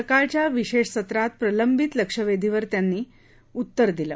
सकाळच्या विशेष सत्रात प्रलंबित लक्षवेधीवर त्यांनी उत्तर दिलं